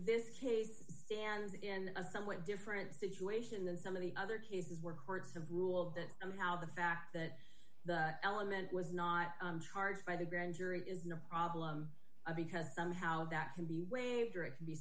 this case stands in a somewhat different situation than some of the other cases where courts have ruled that and how the fact that the element was not charged by the grand jury is not a problem because somehow that can be waived or it can be